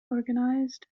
organised